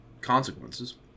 consequences